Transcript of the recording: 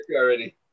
already